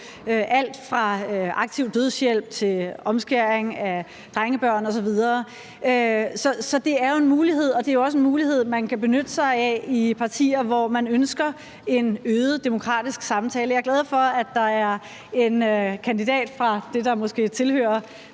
alt fra aktiv dødshjælp til omskæring af drengebørn osv. Så det er jo en mulighed, og det er også en mulighed, man kan benytte sig af i partier, hvor man ønsker en øget demokratisk samtale. Jeg er glad for, at der er en kandidat fra det, der måske mere